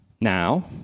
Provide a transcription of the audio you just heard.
Now